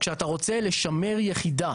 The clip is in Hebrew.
כשאתה רוצה לשמר יחידה